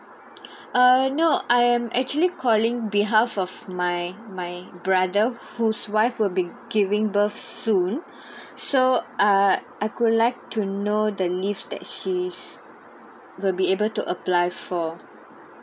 uh no I am actually calling behalf of my my brother whose wife would been giving birth soon so err I would like to know the leave that she will be able to apply for